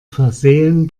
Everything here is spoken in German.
versehen